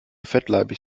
fettleibig